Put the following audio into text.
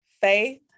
Faith